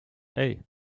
hey